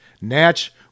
Natch